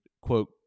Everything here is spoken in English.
quote